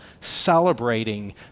celebrating